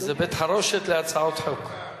זה בית-חרושת להצעות חוק.